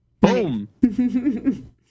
Boom